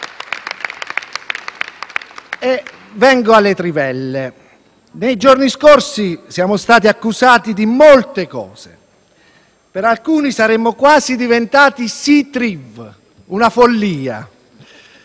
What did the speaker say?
Vengo alle trivelle. Nei giorni scorsi siamo stati accusati di molte cose; per alcuni saremmo quasi diventati «Sì Triv»: una follia.